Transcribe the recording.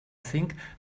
think